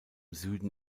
süden